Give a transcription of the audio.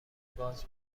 باز